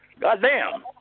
Goddamn